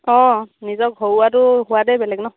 অঁ নিজৰ ঘৰুৱাটো সোৱাদেই বেলেগ ন